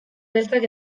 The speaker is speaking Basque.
beltzak